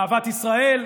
אהבת ישראל,